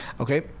okay